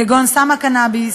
כגון סם הקנאביס,